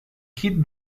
kit